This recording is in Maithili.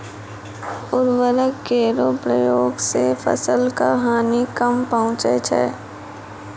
उर्वरक केरो प्रयोग सें फसल क हानि कम पहुँचै छै